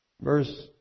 Verse